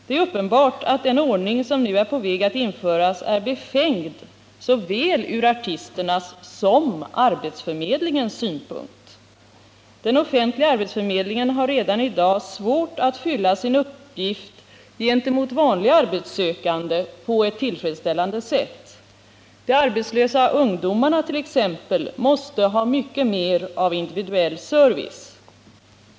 Det är uppenbart att den ordning som nu är på väg att införas är befängd såväl ur artisternas som ur arbetsförmedling ens synpunkt. Den offentliga arbetsförmedlingen har redan i dag svårt att fylla sin uppgift gentemot vanliga arbetssökande på ett tillfredsställande sätt. De arbetslösa ungdomarna t.ex. måste ha mycket mer av individuell service.